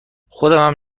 خودمم